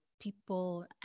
people